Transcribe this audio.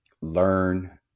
learn